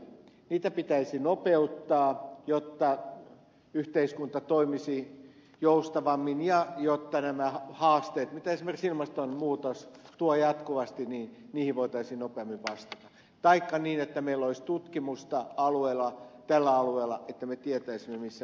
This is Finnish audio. niitä pitäisi nopeuttaa jotta yhteiskunta toimisi joustavammin ja jotta nämä haasteet mitä esimerkiksi ilmastonmuutos tuo jatkuvasti niin niihin voitaisiin nopeammin vastata taikka niin että meillä olisi tutkimusta tällä alueella että me tietäisimme missä mennään